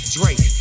Drake